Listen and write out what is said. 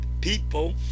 people